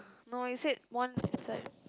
no it said one inside